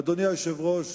אדוני היושב-ראש,